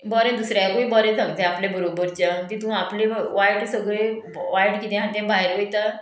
बरें दुसऱ्याकूय बरें सांगता आपल्या बरोबरच्यांक तितू आपले वायट सगळे वायट कितें आहा तें भायर वयता